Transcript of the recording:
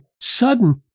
sudden